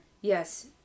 Yes